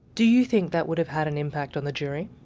do you think that would have had an impact on the jury?